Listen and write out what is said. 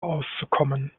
auszukommen